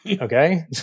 okay